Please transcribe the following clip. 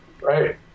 right